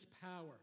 power